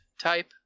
type